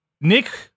Nick